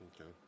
Okay